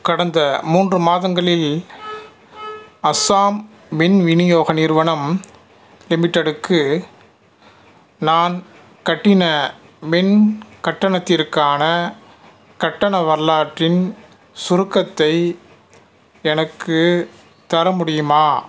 கடந்த மூன்று மாதங்களில் அஸ்ஸாம் மின் விநியோக நிறுவனம் லிமிட்டெடுக்கு நான் கட்டின மின் கட்டணத்திற்க்கான கட்டண வரலாற்றின் சுருக்கத்தை எனக்கு தர முடியுமா